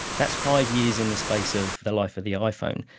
that's five years in the space of the life of the iphone.